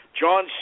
John